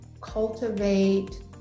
cultivate